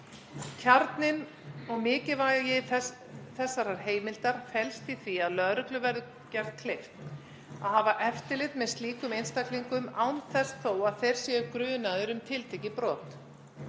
Kjarninn og mikilvægi þessarar heimildar felst í því að lögreglu verður kleift að hafa eftirlit með slíkum einstaklingum án þess þó að þeir séu grunaðir um tiltekið brot.